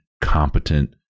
competent